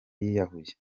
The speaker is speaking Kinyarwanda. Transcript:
yiyahuye